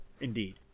Indeed